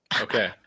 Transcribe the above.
okay